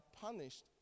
punished